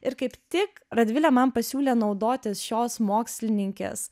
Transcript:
ir kaip tik radvilė man pasiūlė naudotis šios mokslininkės